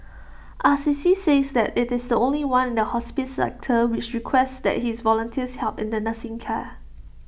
Assisi says that IT is the only one in the hospice sector which requests that its volunteers help in the nursing care